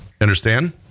Understand